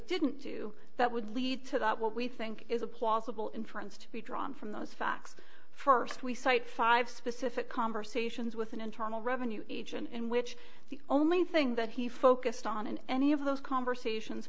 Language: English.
didn't do that would lead to that what we think is a plausible inference to be drawn from those facts st we cite five specific conversations with an internal revenue agent in which the only thing that he focused on in any of those conversations